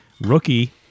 rookie